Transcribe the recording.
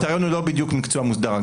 נוטריון הוא לא בדיוק מקצוע מוסדר.